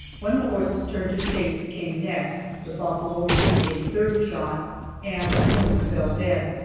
when the horse's turn to chase came next, the buffalo received a third shot and soon fell dead.